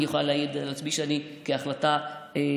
אני יכולה להעיד על עצמי, כהחלטה ציונית,